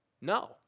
No